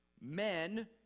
Men